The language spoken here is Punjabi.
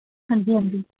ਹਾਂਜੀ ਹਾਂਜੀ